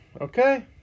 okay